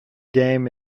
game